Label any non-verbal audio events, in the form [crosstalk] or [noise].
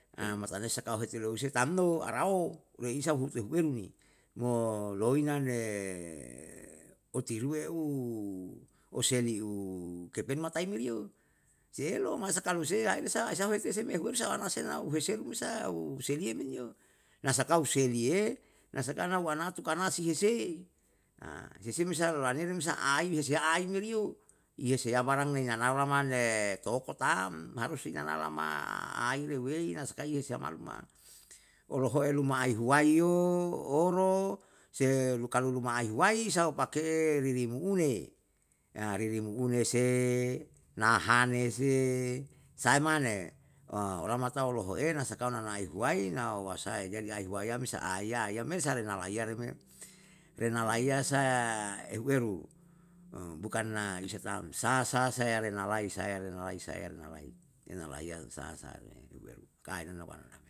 [hesitation] mas ane saka heti louse tam no raao, reisa hutu ehueru nimo loina ne otiruwe'u ose li'u kepen mata re me riyo, elo masa kalu sei hisa se me mete seme hueru salanase nau uheseru sa useriye men yo, na sakau seriye, na saka na wanatu kanasi hesei, se si me sa laneri me sa'ai bisa si aimeri yo, iye seiya barang ne nanaulama ne toko tam, harus si ina lalama aireuwei na sakai he hamaluma, oloheo luma ailuwai yo, oro, se kalu luma aihuwai sao pake ririmuune, [hesitation] ririmu une se, nahane se, sae mane [hesitation] olamata loho'e na sakau na nanai huwai nao wasae, jadi aihuwaiya me sa ahiya ahiya me sarenalaiya re me. Rena laiya sa ehueru, [hesitation] buakn na isa tam sa sa renalai, saya renalai, saya renalai, relaiya, sa sa ne huweru kainana wanana me